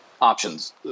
options